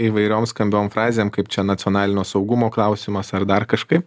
įvairiom skambiom frazėm kaip čia nacionalinio saugumo klausimas ar dar kažkaip